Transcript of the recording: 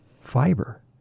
fiber